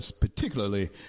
particularly